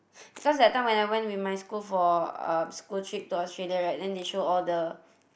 because that time when I went with my school for um school trip to Australia right then they show all the